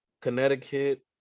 connecticut